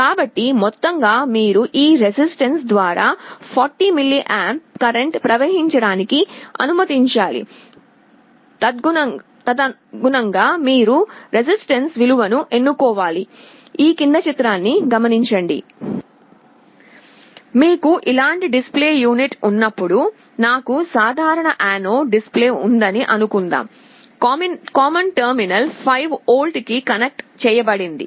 కాబట్టి మొత్తంగా మీరు ఈ రెసిస్టన్స్ ద్వారా 40mA కరెంట్ ప్రవహించటానికి అనుమతించాలి తదనుగుణంగా మీరు రెసిస్టన్స్ విలువను ఎన్నుకోవాలి మీకు ఇలాంటి డిస్ప్లే యూనిట్ ఉన్నప్పుడు నాకు సాధారణ యానోడ్ డిస్ప్లే ఉందని అనుకుందాం కామన్ టెర్మినల్ 5V కి కనెక్ట్ చేయబడింది